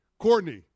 Courtney